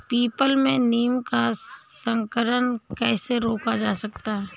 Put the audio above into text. People में नीम का संकरण कैसे रोका जा सकता है?